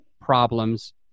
problems